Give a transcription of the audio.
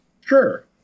Sure